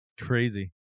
Crazy